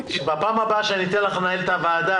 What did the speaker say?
בפעם הבאה שאני אתן לך לנהל את הוועדה,